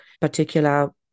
particular